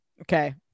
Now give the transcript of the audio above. Okay